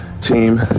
team